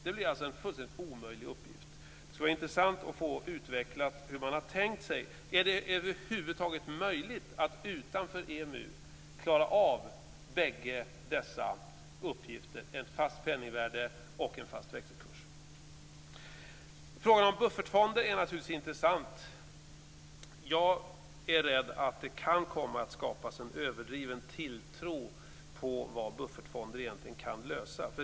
Det blir alltså en fullständigt omöjlig uppgift. Det skulle vara intressant att få höra hur man har tänkt sig detta. Är det över huvud taget möjligt att klara av bägge dessa uppgifter, ett fast penningvärde och en fast växelkurs, utanför EMU? Frågan om buffertfonder är naturligtvis intressant. Jag är rädd att det kan komma att skapas en överdriven tilltro till vad buffertfonder egentligen kan lösa.